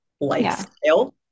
lifestyle